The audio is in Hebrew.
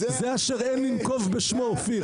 זה אשר אין לנקוב בשמו, אופיר.